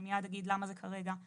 אני מיד אגיד למה זה כרגע,